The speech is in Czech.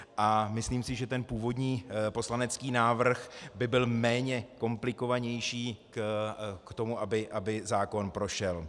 A myslím si, že ten původní poslanecký návrh by byl méně komplikovanější k tomu, aby zákon prošel.